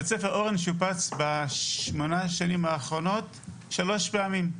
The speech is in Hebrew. בית ספר "אורן" שופץ בשמונה השנים האחרונות שלוש פעמים.